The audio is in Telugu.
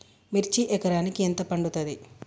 మిర్చి ఎకరానికి ఎంత పండుతది?